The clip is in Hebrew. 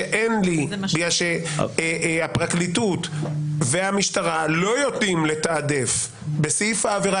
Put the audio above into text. כי הפרקליטות והמשטרה לא יודעים לתעדף בסעיף העבירה,